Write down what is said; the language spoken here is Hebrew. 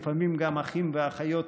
לפעמים גם אחים ואחיות,